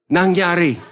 nangyari